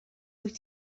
wyt